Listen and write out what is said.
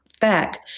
fact